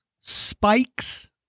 spikes